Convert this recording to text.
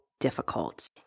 difficult